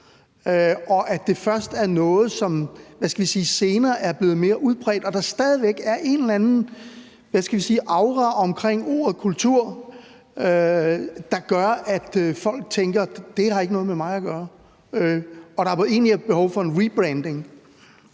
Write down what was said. og at det er noget, som først senere er blevet mere udbredt, og at der stadig væk er en eller anden, hvad skal vi sige, aura omkring ordet kultur, der gør, at folk tænker: Det har ikke noget med mig at gøre. Og jeg tænker, at der egentlig er behov for en rebranding.